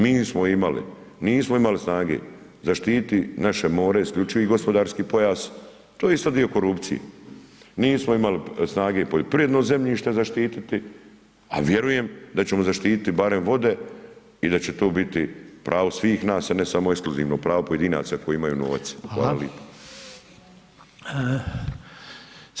Mi smo imali, nismo imali snage zaštititi naše more, isključivi gospodarski pojas, to je isto dio korupcije, nismo imali snage poljoprivredno zemljište zaštititi, a vjerujem da ćemo zaštititi barem vode i da će to biti pravo svih nas, a ne samo ekskluzivno pravo pojedinaca koji imaju novac [[Upadica: Hvala]] Hvala lipo.